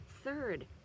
third